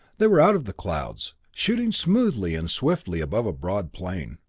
they were out of the clouds, shooting smoothly and swiftly above a broad plain.